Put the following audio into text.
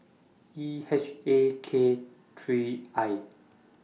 E H A K three I